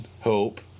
hope